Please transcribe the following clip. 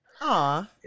Aw